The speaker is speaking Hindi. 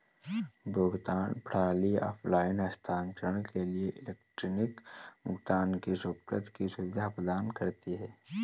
भुगतान प्रणाली ऑफ़लाइन हस्तांतरण के लिए इलेक्ट्रॉनिक भुगतान की स्वीकृति की सुविधा प्रदान करती है